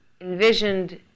envisioned